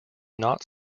not